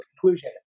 conclusion